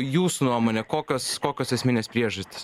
jūsų nuomone kokios kokios esminės priežastys